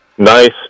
Nice